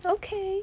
okay